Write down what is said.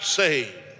saved